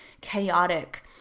chaotic